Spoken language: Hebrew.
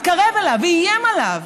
התקרב אליו ואיים עליו.